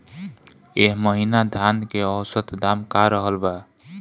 एह महीना धान के औसत दाम का रहल बा?